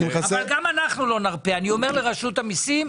אבל גם אנחנו לא נרפה, אני אומר לרשות המיסים